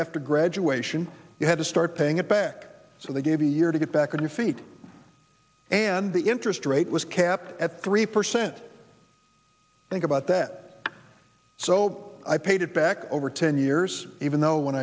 after graduation you had to start paying it back so they gave a year to get back on your feet and the interest rate was capped at three percent think about that so i paid it back over ten years even though when